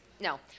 No